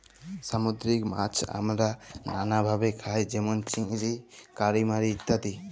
সামুদ্দিরিক মাছ আমরা লালাভাবে খাই যেমল চিংড়ি, কালিমারি ইত্যাদি